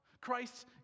Christ